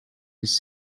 his